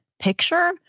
picture